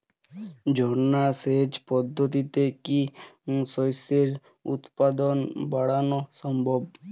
ঝর্না সেচ পদ্ধতিতে কি শস্যের উৎপাদন বাড়ানো সম্ভব?